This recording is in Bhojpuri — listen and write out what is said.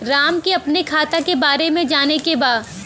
राम के अपने खाता के बारे मे जाने के बा?